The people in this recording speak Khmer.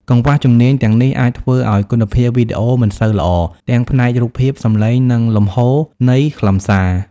កង្វះជំនាញទាំងនេះអាចធ្វើឲ្យ គុណភាពវីដេអូមិនសូវល្អ ទាំងផ្នែករូបភាព សំឡេង និងលំហូរនៃខ្លឹមសារ។